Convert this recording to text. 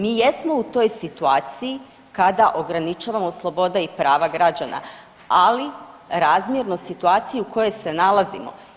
Mi jesmo u toj situaciji kada ograničavamo sloboda i prava građana, ali razmjerno situaciji u kojoj se nalazimo.